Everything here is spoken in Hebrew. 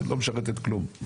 שלא משרתת כלום.